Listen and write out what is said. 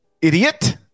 Idiot